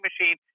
machine